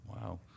Wow